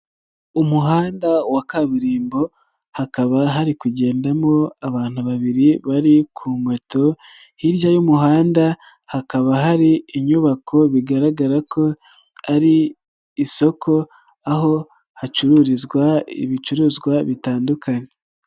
Umuhanda wa kaburimbo hakaba hari kugendamo abantu babiri bari ku moto, hirya y'umuhanda hakaba hari inyubako bigaragara ko ari isoko aho hacururizwa ibicuruzwa bitandukanye.